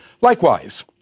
Likewise